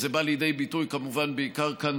זה בא לידי ביטוי כמובן בעיקר כאן,